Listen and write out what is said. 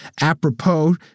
apropos